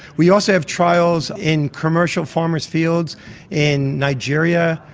we also have trials in commercial farmers' fields in nigeria,